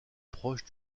proche